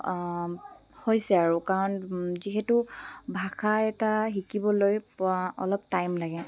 হৈছে আৰু কাৰণ যিহেতু ভাষা এটা শিকিবলৈ অলপ টাইম লাগে